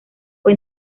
fue